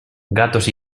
gatos